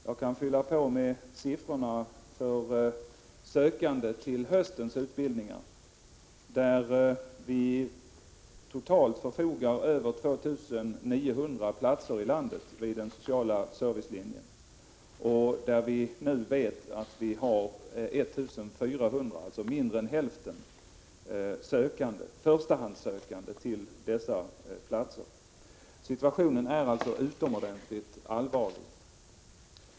Jag kan fylla på med siffrorna för sökande till höstens utbildningar i hela landet, där vi totalt förfogar över 2 900 platser vid sociala servicelinjen och där vi nu vet att vi har 1 400 förstahandssökande, alltså mindre än hälften av antalet platser. Situationen är alltså utomordentligt allvarlig.